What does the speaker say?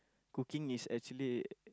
cooking is actually